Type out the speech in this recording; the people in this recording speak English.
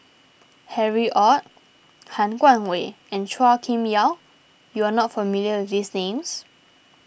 Harry Ord Han Guangwei and Chua Kim Yeow you are not familiar with these names